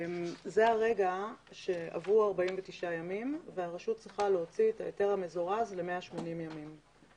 זה הרגע שעברו 49 ימים והרשות צריכה להוציא את ההיתר המזורז ל-180 ימים.